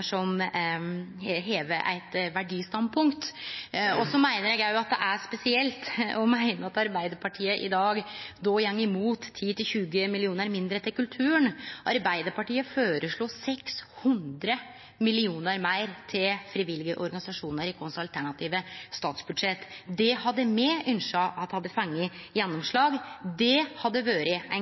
som har eit verdistandpunkt. Så meiner eg også at det er spesielt å meine at Arbeidarpartiet i dag går imot 10–20 mill. kr mindre til kulturen. Arbeidarpartiet føreslo 600 mill. kr meir til frivillige organisasjonar i sitt alternative statsbudsjett. Det hadde me ynskt hadde fått gjennomslag. Det hadde vore ein